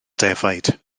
defaid